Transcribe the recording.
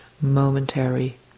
momentary